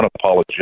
unapologetic